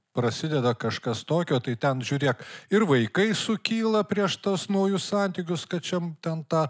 prasideda kažkas tokio tai ten žiūrėk ir vaikai sukyla prieš tuos naujus santykius kad šiam ten tą